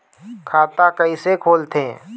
खाता कइसे खोलथें?